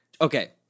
Okay